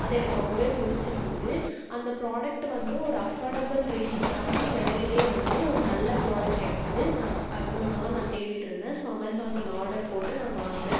அது எனக்கு ரொம்பவே பிடிச்சிருந்துது அந்த புராடெக்ட் வந்து ஒரு அஃபர்டபுள் ரேஞ்சில் கம்மி வெலையிலே வந்து ஒரு நல்ல புராடெக்ட் கெடைச்சுது நான் இவ்ளோ நாளாக நான் தேடிட்ருந்தேன் ஸோ அமேசானில் நான் ஆடர் போட்டு நான் வாங்கின